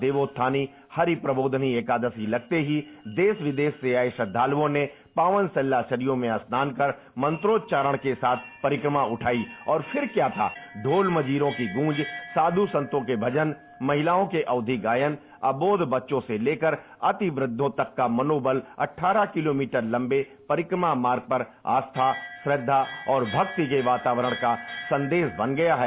देवोत्थानी हरि प्रबोधनी एकादशी लगते ही देश विदेश से आये श्रद्धालुओ ने पावन सलिला सरयू में स्नान कर मंत्रोच्चारण के साथ परिक्रमा उठाई और फिर क्या था ढोल मजीरों की गूँज साध्र संतों के भजन महिलाओं के अवधी गायन अबोध बच्चों से लेकर अति वृद्धों तक का मनोबल अड्डारह किलोमीटर लम्बे परिक्रमा मार्ग पर आस्था श्रद्धा और भक्ति के वातावरण का सन्देश बन गया है